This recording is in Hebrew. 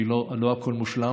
לא הכול מושלם,